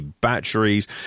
batteries